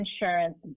insurance